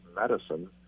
medicine